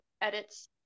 edits